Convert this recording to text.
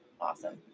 awesome